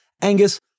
Angus